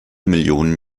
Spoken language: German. millionen